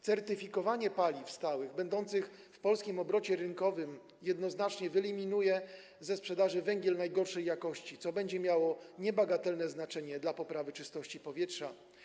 Certyfikowanie paliw stałych będących w polskim obrocie rynkowym jednoznacznie wyeliminuje ze sprzedaży węgiel najgorszej jakości, co będzie miało niebagatelne znaczenie dla poprawy czystości powietrza.